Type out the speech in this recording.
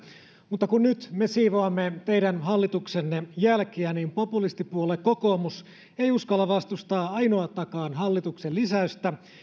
mutta kun nyt me siivoamme teidän hallituksenne jälkiä niin populistipuolue kokoomus ei uskalla vastustaa ainoatakaan hallituksen lisäystä